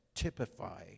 typify